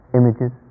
images